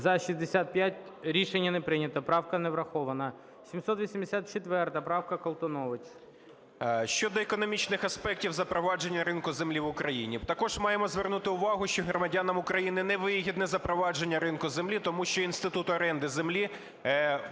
За-65 Рішення не прийнято. Поправка не врахована. 784 правка, Колтунович. 13:03:54 КОЛТУНОВИЧ О.С. Щодо економічних аспектів запровадження ринку землі в Україні, також маємо звернути увагу, що громадянам України невигідне запровадження ринку землі, тому що інститут оренди землі фактично